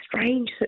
strange